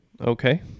okay